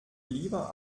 lieber